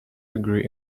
degree